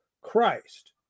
Christ